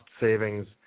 savings